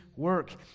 work